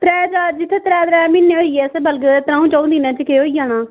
त्रै चार जित्थै त्रै त्रै म्हीने होई गे असें बलगदे त्र'ऊं च'ऊं दिनें च केह् होई जाना